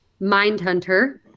Mindhunter